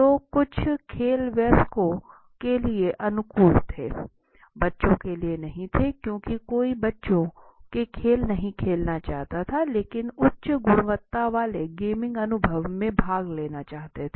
तो कुछ खेल वयस्कों के लिए अनुकूल थे बच्चों के लिए नहीं थे क्योंकि कोई बच्चों के खेल नहीं खेलना चाहता लेकिन वो उच्च गुणवत्ता वाले गेमिंग अनुभव में भाग लेना चाहते हैं